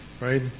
right